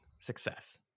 success